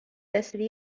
رسیدی